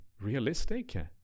realistic